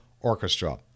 orchestra